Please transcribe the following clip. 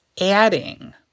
adding